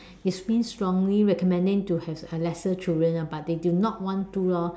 which means strongly recommending to have lesser children ah but they do not want to lor